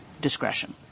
discretion